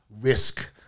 risk